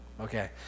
Okay